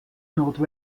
note